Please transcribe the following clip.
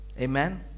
Amen